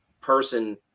person